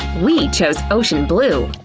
we chose ocean blue!